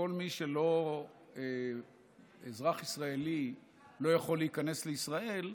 שכל מי שלא אזרח ישראלי לא יכול להיכנס לישראל,